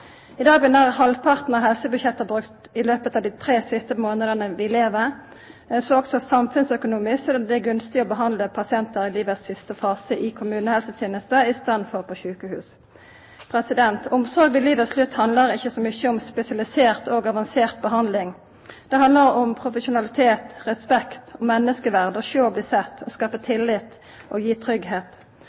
I dag blir nær halvparten av helsebudsjetta brukt i løpet av dei tre siste månadene vi lever, så også samfunnsøkonomisk er det gunstig å behandla pasientar i livets siste fase i kommunehelsetenesta i staden for på sjukehus. Omsorg ved livets slutt handlar ikkje så mykje om spesialisert og avansert behandling, det handlar om profesjonalitet, respekt, menneskeverd, å sjå og bli sett, å skapa tillit og gi